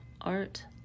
art